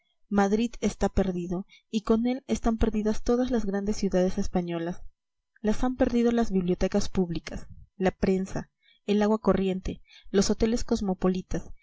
madrid está perdido y con él están perdidas todas las grandes ciudades españolas las han perdido las bibliotecas públicas la prensa el agua corriente los hoteles cosmopolitas